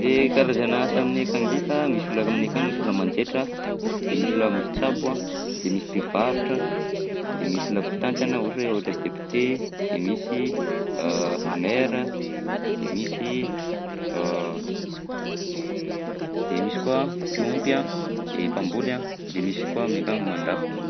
De karazana asa aminay akagny ndraika misy olona k- aminay akagny misy olona manjaitra, de misy olona mitsabo a, de misy mpivarotra, de misy olona mpitantana ohatra hoe ohatra depiote, de misy maire, de misy de misy koa mpiompy a, de mpamboly a, de misy koa aminay akagny mandrafitra.